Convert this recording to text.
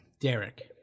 Derek